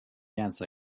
dance